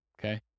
okay